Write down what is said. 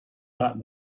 that